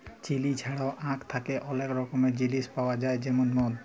chilli ছাড়াও আখ থ্যাকে অলেক রকমের জিলিস পাউয়া যায় যেমল মদ